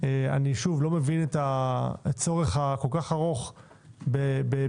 איני מבין את הצורך הכל כך ארוך בהגדרה,